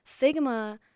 Figma